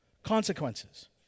consequences